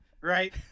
Right